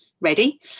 ready